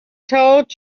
told